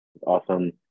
awesome